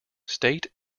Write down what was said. state